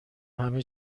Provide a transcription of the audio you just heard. همه